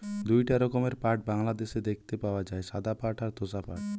দুইটা রকমের পাট বাংলাদেশে দেখতে পাওয়া যায়, সাদা পাট আর তোষা পাট